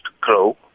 grow